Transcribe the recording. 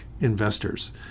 investors